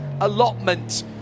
allotment